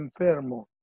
enfermo